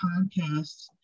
podcasts